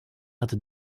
hatte